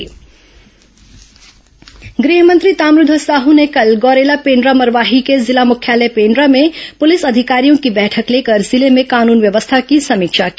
गु हमंत्री समीक्षा बैठक गृहमंत्री ताम्रध्वज साहू ने कल गौरेला पेण्ड्रा मरवाही के जिला मुख्यालय पेण्ड्रा में पुलिस अधिकारियों की बैठक र्लेकर जिले में कानून व्यवस्था की समीक्षा की